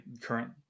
current